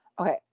Okay